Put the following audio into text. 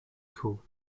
cool